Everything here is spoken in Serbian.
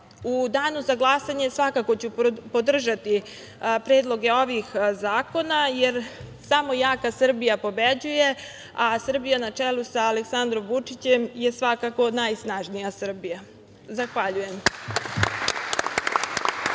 danu za glasanje svakako ću podržati predloge ovih zakona, jer samo jaka Srbija pobeđuje, a Srbija na čelu sa Aleksandrom Vučićem je svakako najsnažnija Srbija. Zahvaljujem.